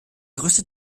größte